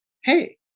hey